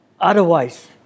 Otherwise